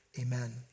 amen